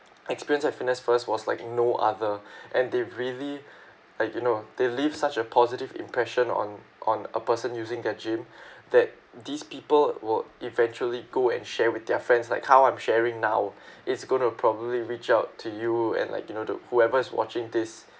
experience at fitness first was like no other and they really like you know they leave such a positive impression on on a person using their gym that these people will eventually go and share with their friends like how I'm sharing now it's gonna probably reach out to you and like you know to whoever is watching this